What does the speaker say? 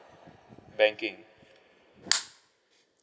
banking